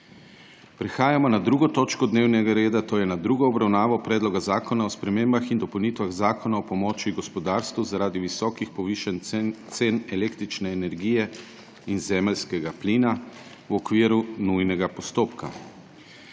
sprekinjeno 2. točko dnevnega reda, to je z drugo obravnavo Predloga zakona o spremembah in dopolnitvah Zakona o pomoči gospodarstvu zaradi visokih povišanj cen električne energije in zemeljskega plina v okviru nujnega postopka.